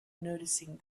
noticing